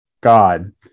God